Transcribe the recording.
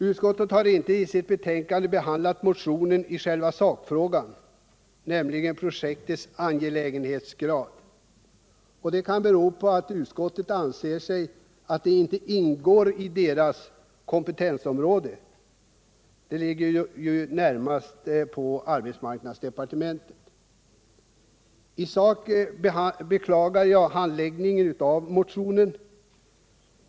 Utskottet har inte i sitt betänkande behandlat motionen när det gäller själva sakfrågan, nämligen projektets angelägenhetsgrad. Det kan bero på att utskottet anser att det inte ingår i deras kompetensområde — det ligger ju närmast på arbetsmarknadsdepartementet. I sak beklagar jag handläggningen av motionen.